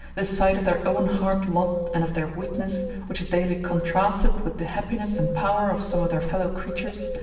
the sight of their own hard lot and of their weakness, which is daily contrasted with the happiness and power of some of their fellow-creatures,